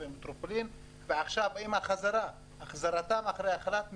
ומטרופולין ועכשיו עם החזרתם אחרי חל"ת,